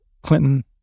Clinton